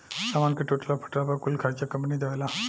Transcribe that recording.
सामान के टूटला फूटला पर कुल खर्चा कंपनी देवेला